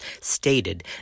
stated